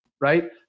right